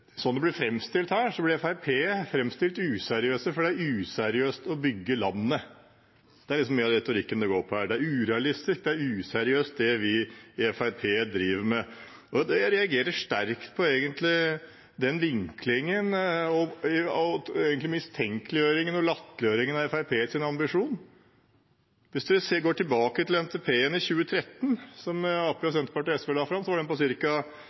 det blir politikerforakt. Fremskrittspartiet blir fremstilt her som useriøse, fordi det er «useriøst» å bygge landet. Det er mye av den retorikken det går på her, at det er «urealistisk» og «useriøst», det vi i Fremskrittspartiet driver med. Jeg reagerer sterkt på den vinklingen og egentlig mistenkeliggjøringen og latterliggjøringen av Fremskrittspartiets ambisjon. Hvis vi går tilbake til NTP-en i 2013, som Arbeiderpartiet, Senterpartiet og SV la fram, så var den på